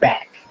Back